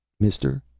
mister,